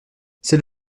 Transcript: c’est